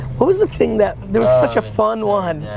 what was the thing that, there was such a fun one.